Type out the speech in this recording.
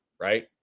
right